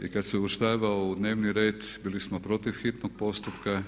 I kad se uvrštavao u dnevni red bili smo protiv hitnog postupka.